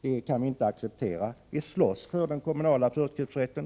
Vi kan inte acceptera det. Vi slåss för den kommunala förköpsrätten.